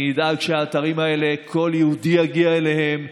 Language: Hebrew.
אני אדאג שכל יהודי יגיע אליהם,